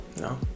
No